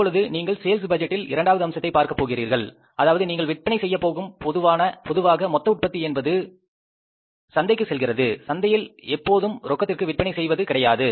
இப்பொழுது நீங்கள் சேல்ஸ் பட்ஜெட்டில் இரண்டாவது அம்சத்தை பார்க்கப் போகின்றீர்கள் அதாவது நீங்கள் விற்பனை செய்யப் போகும்போது பொதுவாக மொத்த உற்பத்தி என்பது சந்தைக்கு செல்கின்றது சந்தையில் எப்போதும் ரொக்கத்திற்க்காக விற்பனை செய்வது கிடையாது